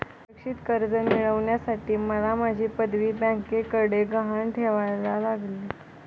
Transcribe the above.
सुरक्षित कर्ज मिळवण्यासाठी मला माझी पदवी बँकेकडे गहाण ठेवायला लागेल